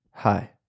Hi